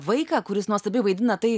vaiką kuris nuostabiai vaidina tai